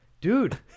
dude